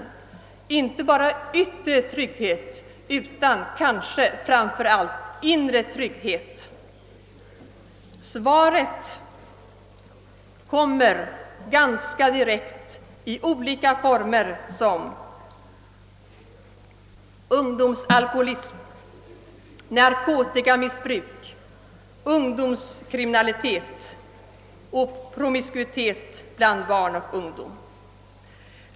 Inte bara yttre trygghet utan kanske framför allt inre trygghet. Svaret kommer ganska direkt i olika former: ungdomsalkoholism, narkotikamissbruk, ungdomskriminalitet och promiskuitet bland barn och ungdom.